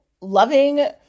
loving